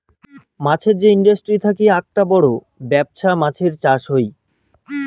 মাছের যে ইন্ডাস্ট্রি থাকি আককটা বড় বেপছা মাছের চাষ হই